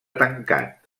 tancat